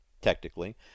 technically